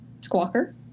Squawker